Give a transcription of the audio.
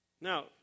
Now